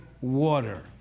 water